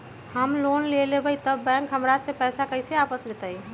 हम लोन लेलेबाई तब बैंक हमरा से पैसा कइसे वापिस लेतई?